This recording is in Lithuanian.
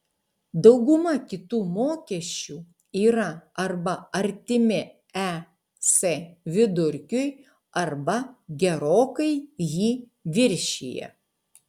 dauguma kitų mokesčių yra arba artimi es vidurkiui arba gerokai jį viršija